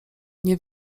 nie